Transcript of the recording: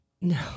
No